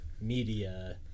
media